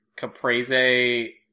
caprese